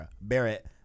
Barrett